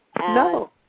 No